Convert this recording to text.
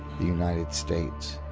the united states?